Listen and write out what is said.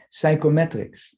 psychometrics